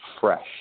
fresh